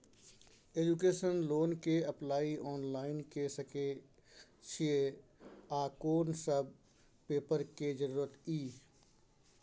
Education loan के apply online के सके छिए आ कोन सब पेपर के जरूरत इ?